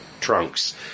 trunks